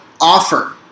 offer